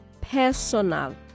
personal